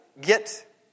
get